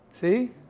See